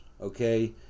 okay